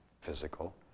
physical